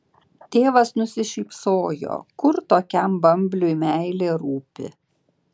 tėvas nusišypsojo kur tokiam bambliui meilė rūpi